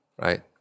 right